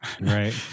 Right